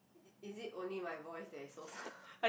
it is it only my voice that is soft